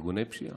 ארגוני פשיעה,